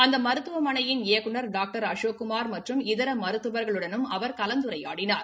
அந்த மருத்துவமனையின் இயக்குநர் டாக்டர் அசோக் குமார் மற்றும் இதர மருத்துவர்களுடனும் அவர் கலந்துரையாடனார்